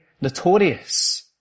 notorious